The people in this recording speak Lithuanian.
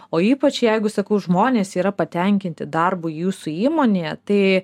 o ypač jeigu sakau žmonės yra patenkinti darbu jūsų įmonėje tai